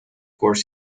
course